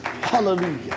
Hallelujah